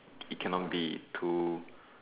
it cannot be too